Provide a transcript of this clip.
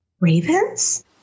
Ravens